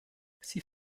sie